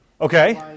Okay